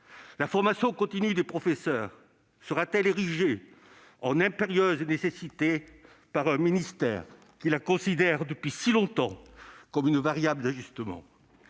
La formation continue des professeurs sera-t-elle érigée en impérieuse nécessité par un ministère qui la considère depuis si longtemps comme une variable d'ajustement ?